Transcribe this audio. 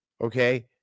okay